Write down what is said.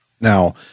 Now